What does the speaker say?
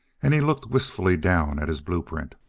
and he looked wistfully down at his blueprint.